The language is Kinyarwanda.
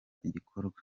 igikorwa